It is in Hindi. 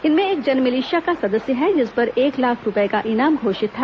इनमें एक जनमिलिशिया का सदस्य है जिस पर एक लाख रूपए का इनाम घोषित था